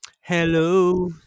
Hello